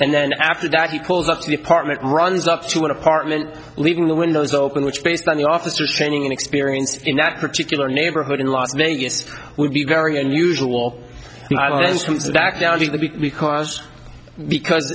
and then after that you call that the apartment runs up to an apartment leaving the windows open which based on the officers training and experience in that particular neighborhood in las vegas would be very unusual back there because because